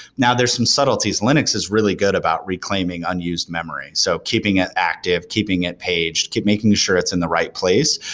now, there're some subtleties. linux is really good about reclaiming unused memory. so keeping it active, keeping it paged, making sure it's in the right place.